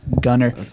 gunner